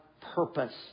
purpose